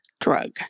drug